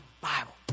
Bible